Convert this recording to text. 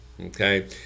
Okay